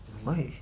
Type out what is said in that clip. why